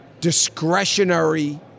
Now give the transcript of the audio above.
discretionary